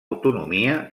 autonomia